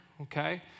okay